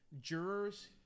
jurors